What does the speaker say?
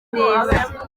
neza